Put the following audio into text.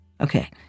Okay